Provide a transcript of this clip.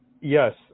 Yes